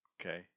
okay